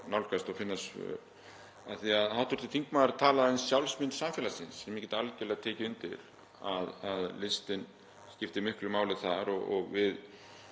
nálgast og finna svör við. Hv. þingmaður talaði um sjálfsmynd samfélagsins og ég get algerlega tekið undir að list skiptir miklu máli þar og við